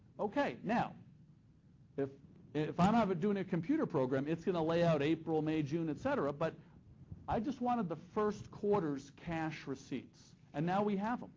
okay, now if if i'm doing a computer program, it's going to lay out april, may, june, etc, but i just wanted the first quarter's cash receipts, and now we have ah